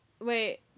Wait